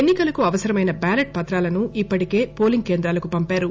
ఎన్ని కలకు అవసరమైన బ్యాలెట్ పత్రాలను ఇప్పటికే పోలింగ్ కేంద్రాలకు పంపారు